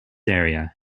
area